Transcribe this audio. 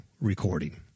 recording